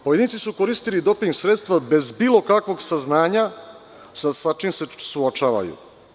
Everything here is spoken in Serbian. Pojedinci su koristili doping sredstva bez bilo kakvog saznanja sa čime se suočavaju.